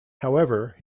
however